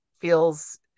feels